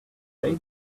they